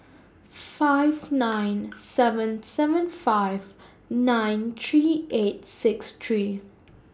five nine seven seven five nine three eight six three